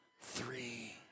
three